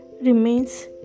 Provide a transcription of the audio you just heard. remains